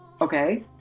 okay